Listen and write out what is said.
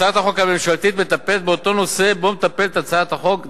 הצעת החוק הממשלתית מטפלת באותו נושא שבו מטפלת הצעת החוק דנן,